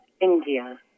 India